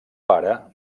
pare